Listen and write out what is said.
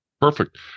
Perfect